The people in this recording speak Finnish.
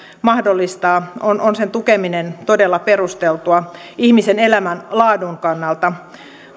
mahdollistaa on on sen tukeminen todella perusteltua ihmisen elämänlaadun kannalta